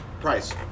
Price